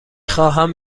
خواهم